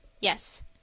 Yes